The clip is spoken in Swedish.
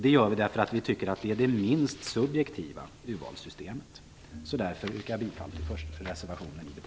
Det gör vi därför att vi tycker att det är det minst subjektiva urvalssystemet.